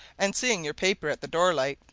and seeing your paper at the door-light,